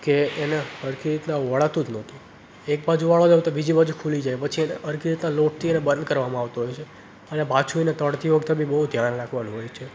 કે એને સરખી રીતના એ વળાતું નહોતું એક બાજુ વાળવા જાઉં તો બીજી બાજું ખુલી જાય પછી એને સરખી રીતના લોટથી બંધ કરવામાં આવતું હોય છે અને પાછું એને તળતી વખતે બી બહુ ધ્યાન રાખવાનું હોય છે